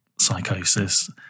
psychosis